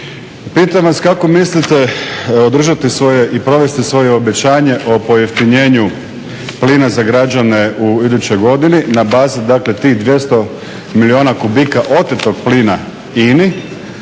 Pitam vas kako mislite održati svoje i provesti svoje obećanje o pojeftinjenju plina za građane u idućoj godini na bazi tih 200 milijuna kubika otetog plina INA-i